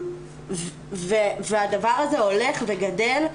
הדבר הזה הולך וגדל,